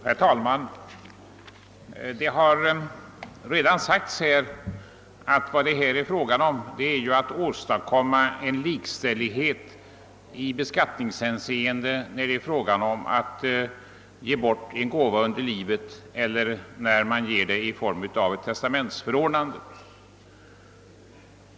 Herr talman! Det har redan sagts att vad det här gäller är att åstadkomma likställighet i = beskattningshänseende mellan det fall att någon ger bort en gåva under livstiden och det fall där man ger en gåva i form av ett testamentsförordnande.